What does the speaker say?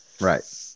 right